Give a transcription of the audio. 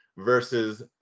Versus